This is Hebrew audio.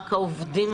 רק העובדים?